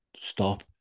stop